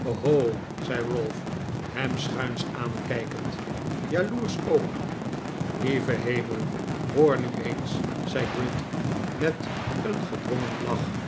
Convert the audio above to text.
oho zei ralph hem schuins aankijkend jaloersch ook lieve hemel hoor nu eens zei gride met een gedwongen lach